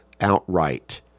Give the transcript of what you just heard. outright